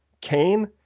Cain